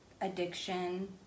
addiction